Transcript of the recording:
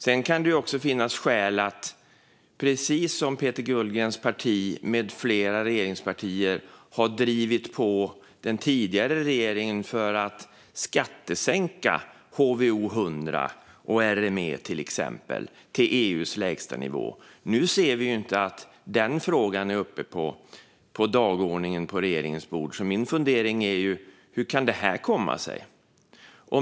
Sedan kan det också finnas skäl att, precis som Peter Kullgrens parti med flera regeringspartier har drivit på den tidigare regeringen att göra, skattesänka till exempel HVO 100 och RME till EU:s lägsta nivå. Nu ser vi inte att den frågan är uppe på dagordningen på regeringens bord. Min fundering är alltså: Hur kan det komma sig?